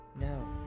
No